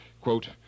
quote